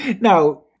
Now